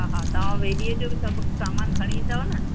हा हा तव्हां वेॾीअ जो बि सभु सामान खणी ईंदव न